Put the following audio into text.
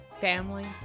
family